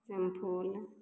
shampoo